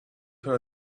her